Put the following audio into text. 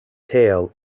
tail